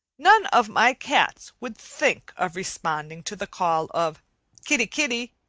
none of my cats would think of responding to the call of kitty, kitty,